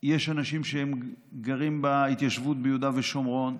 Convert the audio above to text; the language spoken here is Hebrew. יש אנשים שהם גרים בהתיישבות ביהודה ושומרון,